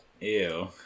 Ew